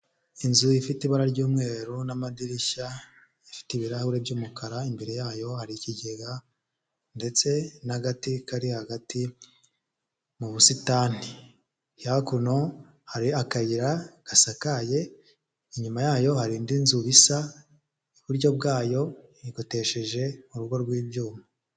Inzu ifite ibara ry'umweru n'amadirishya ifite ibirahuri by'umukara imbere yayo hari ikigega ndetse n'agati kari hagati mu busitani, hakuno hari akayira gasakaye inyuma yayo hari indi nzu bisa iburyo bwayo ikotesheje urugo rw'ibyuma.